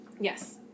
Yes